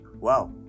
Wow